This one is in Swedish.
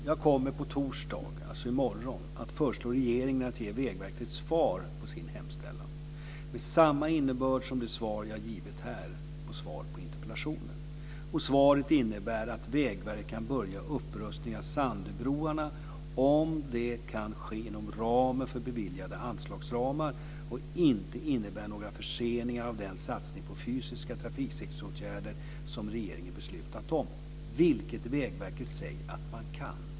Fru talman! Jag kommer på torsdag att föreslå regeringen att ge Vägverket svar på sin hemställan med samma innebörd som det svar jag här har givit på interpellationen. Svaret innebär att Vägverket kan börja upprustningen av Sandöbroarna om det kan ske inom ramen för beviljade anslagsramar och inte innebär några förseningar av den satsning på fysiska trafiksäkerhetsåtgärder som regeringen beslutat om. Det säger Vägverket att man kan.